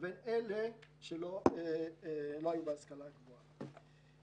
לבין אלה שאין להם השכלה גבוהה.